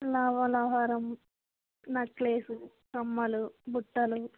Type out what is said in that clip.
లవంగ హారం నక్లెసు కమ్మలు బుట్టలు